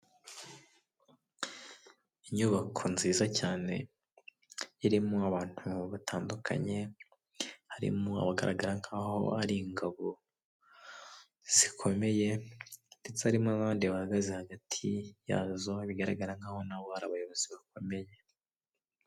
Inyubako nziza cyane irimo abantu batandukanye harimo abagaragara nk'aho ari ingabo zikomeye, ndetse harimo n'abandi bahagaze hagati yazo, bigaragara nk'aho na bo bari abayobozi bakomeye.